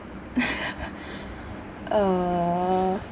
uh